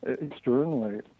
externally